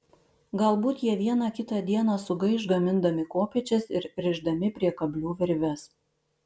galbūt jie vieną kitą dieną sugaiš gamindami kopėčias ir rišdami prie kablių virves